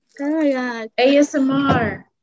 asmr